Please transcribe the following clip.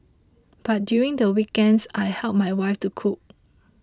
but during the weekends I help my wife to cook